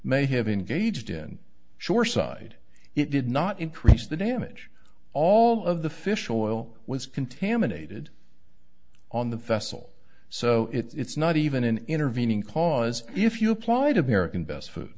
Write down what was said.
may have engaged in shoreside it did not increase the damage all of the fish oil was contaminated on the vessel so it's not even an intervening cause if you applied american best food